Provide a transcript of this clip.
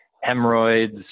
hemorrhoids